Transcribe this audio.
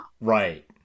Right